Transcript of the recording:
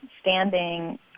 standing